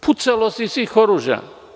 Pucalo se iz svih oružja.